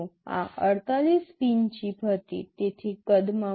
આ ૪૮ pin chip હતી તેથી કદમાં મોટી